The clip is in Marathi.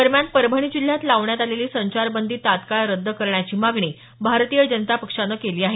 दरम्यान परभणी जिल्ह्यात लावण्यात आलेली संचारबंदी तत्काळ रद्द करण्याची मागणी भारतीय जनता पक्षानं केली आहे